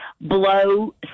blow